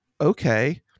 Okay